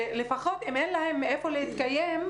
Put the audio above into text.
שלפחות אם אין להם מאיפה להתקיים,